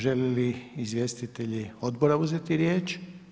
Želi li izvjestitelji odbora uzeti riječ?